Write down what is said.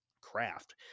craft